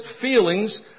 feelings